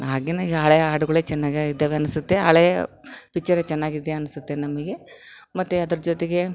ಆಗಿನ ಹಳೆ ಹಾಡುಗಳೇ ಚೆನ್ನಾಗಾಗಿದ್ದವೇ ಅನಿಸುತ್ತೆ ಹಳೆ ಪಿಚ್ಚರೇ ಚೆನ್ನಾಗಿದೆ ಅನಿಸುತ್ತೆ ನಮಗೆ ಮತ್ತು ಅದರ ಜೊತೆಗೆ